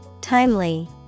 Timely